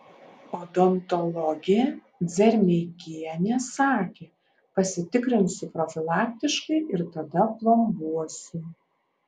odontologė dzermeikienė sakė pasitikrinsiu profilaktiškai ir tada plombuosiu